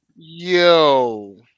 Yo